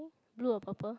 blue or purple